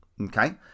Okay